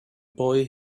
boy